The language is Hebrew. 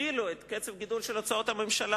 הגדילו את קצב הגידול של הוצאות הממשלה.